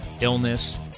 illness